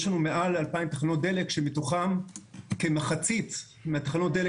יש לנו מעל ל-2,000 תחנות דלק שמתוכם כמחצית מתחנות הדלק